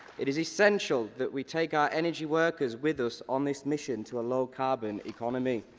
it is essential. that we take our energy workers with us on this mission to a low carbon economy.